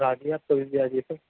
رات میں آپ کبھی بھی آ جائیے سر